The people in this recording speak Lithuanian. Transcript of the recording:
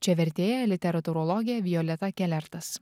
čia vertėja literatūrologė violeta kelertas